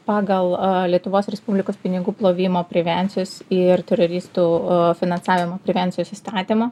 pagal lietuvos respublikos pinigų plovimo prevencijos ir teroristų finansavimo prevencijos įstatymą